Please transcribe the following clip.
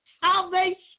salvation